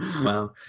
Wow